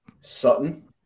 Sutton